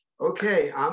Okay